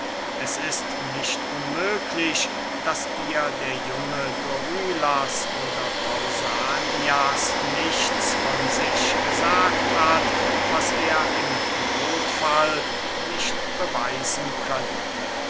es ist nicht unmöglich daß dir der junge dorylas oder pausanias nichts von sich gesagt hat was er im nothfall nicht beweisen könnte